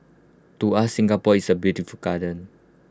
to us Singapore is A beautiful garden